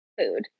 food